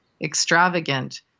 extravagant